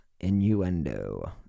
innuendo